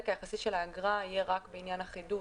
היחסי של האגרה יהיה רק בעניין החידוש.